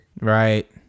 right